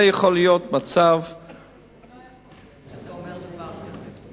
לא יכול להיות שאתה אומר דבר כזה.